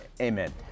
Amen